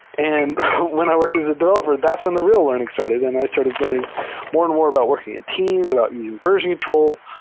and when i worked as a developer, that's when the real learn ing started, and i started learn ing more and more about working in teams, about using version control,